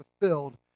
fulfilled